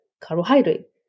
carbohydrate